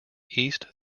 east